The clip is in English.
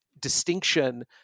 Distinction